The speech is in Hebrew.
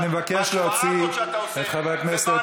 אני מבקש להוציא את חבר הכנסת חיליק בר.